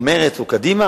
של מרצ או של קדימה?